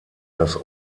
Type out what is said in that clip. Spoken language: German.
das